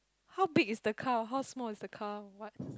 how big is the car how small is the car what